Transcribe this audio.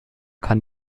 kann